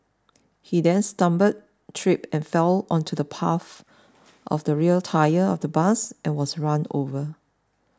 he then stumbled tripped and fell onto the path of the rear tyre of the bus and was run over